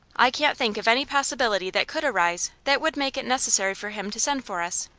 i can't think of any possibility that could arise that would make it necessary for him to send for us.